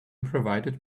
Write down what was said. provided